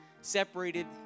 separated